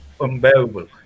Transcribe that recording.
unbearable